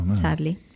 sadly